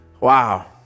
wow